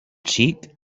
xic